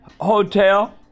hotel